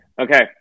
Okay